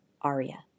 Aria